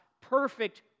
perfect